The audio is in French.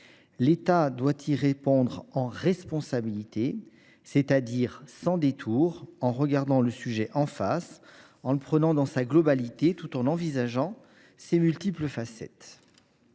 L’État doit y répondre en responsabilité, c’est à dire sans détour, en regardant le sujet en face, en le prenant dans sa globalité, tout en envisageant ses multiples facettes.